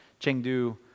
Chengdu